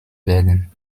werden